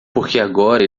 agora